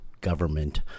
government